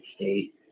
state